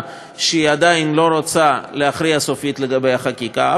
שהיא עדיין לא רוצה להכריע סופית לגבי החקיקה,